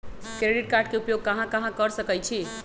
Credit card के उपयोग कहां कहां कर सकईछी?